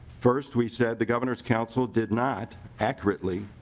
first we set the gov and s council did not accurately